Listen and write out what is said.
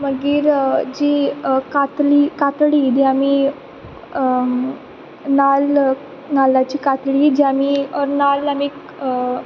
मागीर जी कातली कातडी जी आमी नाल्ल नाल्लाची कातली जी आमी नाल्ल आमी